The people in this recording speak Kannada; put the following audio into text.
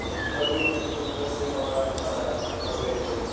ಚಿತ್ರದುರ್ಗಕ್ಕೆ ಬರ್ರೀ ಚಿತ್ರದುರ್ಗದಲ್ಲಿ ನೋಡುವಂಥ ಕೋಟೆ ಇದೆ